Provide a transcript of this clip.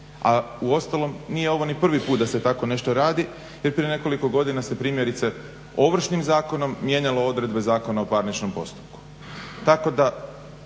A uostalom nije ovo ni prvi put da se tako nešto radi jer prije nekoliko godina se primjerice Ovršnim zakonom mijenjalo odredbe Zakona o parničnom postupku.